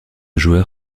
joueur